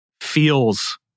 feels